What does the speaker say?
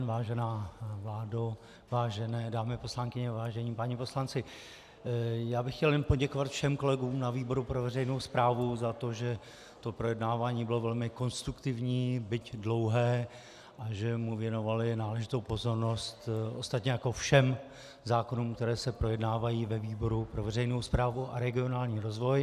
Vážená vládo, vážené dámy poslankyně, vážení páni poslanci, já bych chtěl jen poděkovat všem kolegům ve výboru pro veřejnou správu za to, že to projednávání bylo velmi konstruktivní, byť dlouhé, a že mu věnovali náležitou pozornost, ostatně jako všem zákonům, které se projednávají ve výboru pro veřejnou správu a regionální rozvoj.